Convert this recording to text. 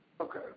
Okay